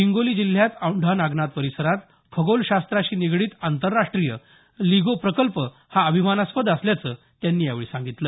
हिंगोली जिल्ह्यात औैंढा नागनाथ परिसरात खगोलशास्त्राशी निगडीत आंतरराष्ट्रीय लिगो प्रकल्प अभिमानास्पद असल्याचं त्यांनी यावेळी सांगितलं